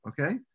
okay